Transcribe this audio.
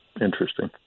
Interesting